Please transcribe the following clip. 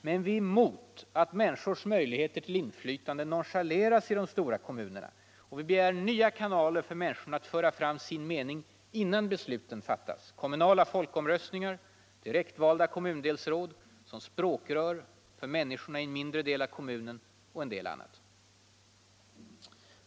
Men vi är mot att människors möjligheter till inflytande nonchaleras i de stora kommunerna, och vi begär nya kanaler för människor att föra fram sin mening innan besluten fattas: kommunala folkomröstningar, direktvalda kommundelsråd som språkrör för människorna i en mindre del av kommunen och mycket annat.